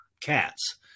cats